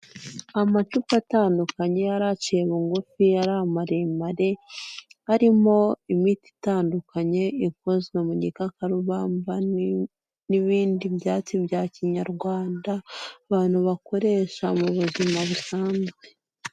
Amacupa atandukanye ari aciye bu ngufi, ari amaremare arimo imiti itandukanye ikozwe mu gikakarubamba n'ibindi byatsi bya kinyarwanda abantu bakoresha mu buzima busanzwe.